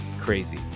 crazy